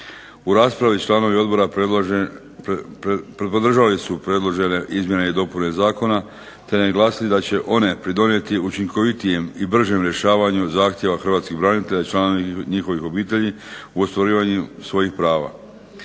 U raspravi članovi odbora podržali su predložene izmjene i dopune zakona te naglasili da će one pridonijeti učinkovitijem i bržem rješavanju zahtjeva hrvatskih branitelja i članova njihovih obitelji u ostvarivanju svojih prava.